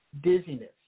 dizziness